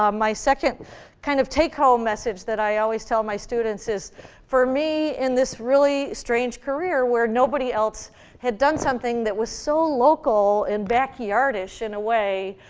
um my second kind of take-home message that i always tell my students is for me, in this really strange career where nobody else had done something that was so local and backyardy in a way,